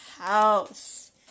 house